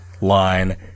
line